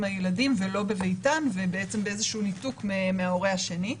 הילדים ולא בביתן ובעצם באיזשהו ניתוק מההורה השני.